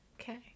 Okay